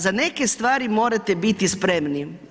Za neke stvari morate biti spremni.